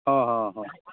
ᱦᱮᱸ ᱦᱮᱸ